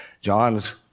John's